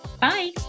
bye